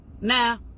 Now